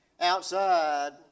outside